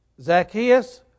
Zacchaeus